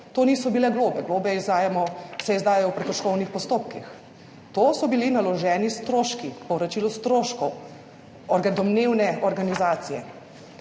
To niso bile globe. Globe se izdajajo v prekrškovnih postopkih. To so bili naloženi stroški, povračilo stroškov domnevne organizacije.